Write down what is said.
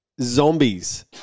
Zombies